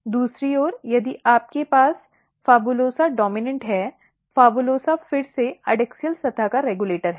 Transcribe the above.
दूसरी ओर यदि आपके पास PHABULOSA डॉम्इनॅन्ट है PHABULOSA फिर से एडैक्सियल सतह का रेगुलेटर है